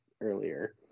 earlier